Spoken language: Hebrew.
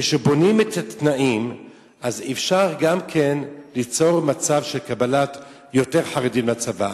כשבונים את התנאים אז אפשר גם כן ליצור מצב של קבלת יותר חרדים לצבא.